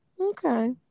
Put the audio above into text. Okay